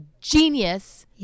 genius